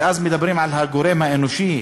ואז מדברים על הגורם האנושי,